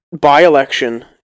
by-election